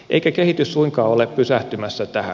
eikä kehitys suinkaan ole pysähtymässä tähän